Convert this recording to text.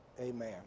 Amen